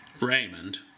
Raymond